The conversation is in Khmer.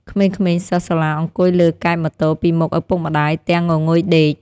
ក្មេងៗសិស្សសាលាអង្គុយលើកែបម៉ូតូពីមុខឪពុកម្ដាយទាំងងងុយដេក។